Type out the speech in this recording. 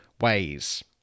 ways